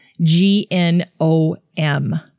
G-N-O-M